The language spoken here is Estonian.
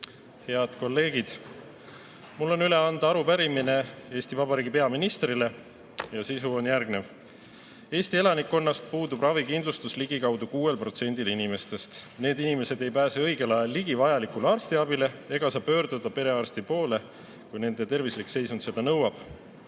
Head kolleegid! Mul on üle anda arupärimine Eesti Vabariigi peaministrile. Sisu on järgnev. Eesti elanikkonnast puudub ravikindlustus ligikaudu 6% inimestest. Need inimesed ei pääse õigel ajal ligi vajalikule arstiabile ega saa pöörduda perearsti poole, kui nende tervislik seisund seda nõuab.